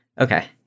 Okay